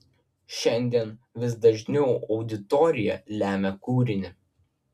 šiandien vis dažniau auditorija lemia kūrinį